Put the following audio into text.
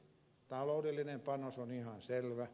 taloudellinen panos on ihan selvä